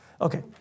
Okay